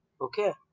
okay